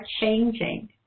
changing